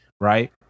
right